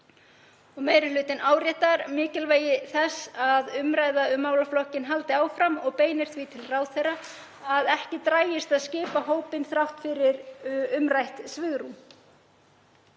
Meiri hlutinn áréttar mikilvægi þess að umræða um málaflokkinn haldi áfram og beinir því til ráðherra að ekki dragist að skipa hópinn þrátt fyrir umrætt svigrúm.